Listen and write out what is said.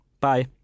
Bye